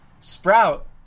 Sprout